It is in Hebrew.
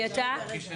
מי אתה?